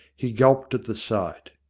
he gulped at the sight.